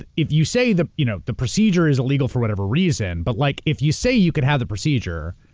if you say the you know the procedure is illegal for whatever reason, but like if you say you could have the procedure,